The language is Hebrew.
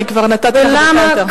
כי אני כבר נתתי לך דקה יותר.